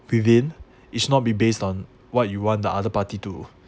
within it should not be based on what you want the other party to